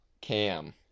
Cam